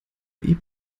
ihr